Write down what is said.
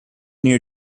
near